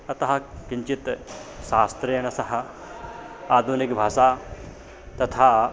अतः किञ्चित् शास्त्रेण सह आधुनिकभाषा तथा